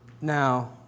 Now